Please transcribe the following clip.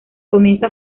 comienza